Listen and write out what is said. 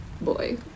boy